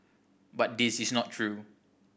but this is not true